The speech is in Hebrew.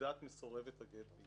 --- בית הדין ישקול את עמדת מסורבת הגט.